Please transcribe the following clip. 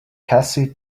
cassie